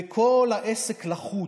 וכל העסק לחוץ,